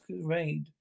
raid